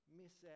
miss